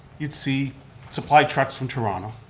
you'd see supply trucks from toronto.